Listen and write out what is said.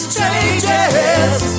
changes